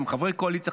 אתם חברי קואליציה,